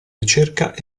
ricerca